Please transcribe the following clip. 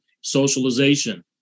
socialization